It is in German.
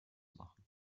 machen